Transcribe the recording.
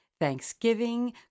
Thanksgiving